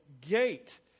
gate